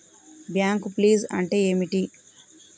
Bank ఫీజ్లు అంటే ఏమిటి?